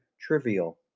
trivial